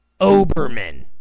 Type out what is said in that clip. Oberman